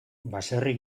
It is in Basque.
baserri